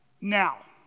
Now